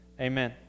Amen